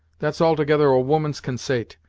that's altogether a woman's consait.